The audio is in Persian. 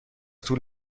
طول